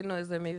עשינו איזה מבצע.